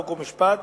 חוק ומשפט